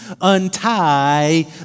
untie